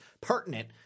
pertinent